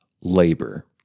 labor